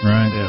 Right